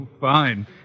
fine